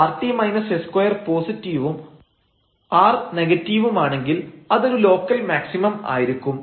അതിനാൽ rt s2 പോസിറ്റീവും r നെഗറ്റീവുമാണെങ്കിൽ അതൊരു ലോക്കൽ മാക്സിമം ആയിരിക്കും